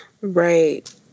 Right